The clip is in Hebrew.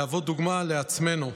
להוות דוגמה לעצמנו.